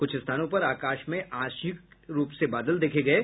कुछ स्थानों पर आकाश में आंशिक रूप से बादल देखे गये